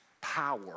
power